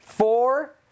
Four